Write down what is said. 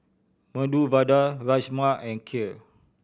Medu Vada Rajma and Kheer